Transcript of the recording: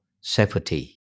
safety